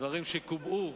דברים שקובעו